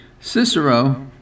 Cicero